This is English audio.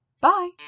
Bye